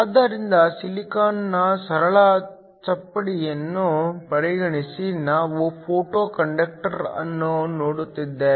ಆದ್ದರಿಂದ ಸಿಲಿಕಾನ್ ನ ಸರಳ ಚಪ್ಪಡಿಯನ್ನು ಪರಿಗಣಿಸಿ ನಾವು ಫೋಟೋ ಕಂಡಕ್ಟರ್ ಅನ್ನು ನೋಡುತ್ತಿದ್ದೇವೆ